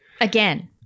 Again